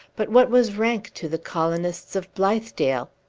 but what was rank to the colonists of blithedale?